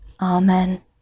Amen